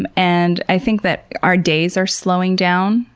and and i think that our days are slowing down,